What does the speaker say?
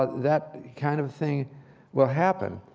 that kind of thing will happen.